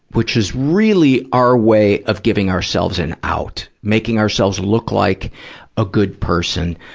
which is really our way of giving ourselves an out, making ourselves look like a good person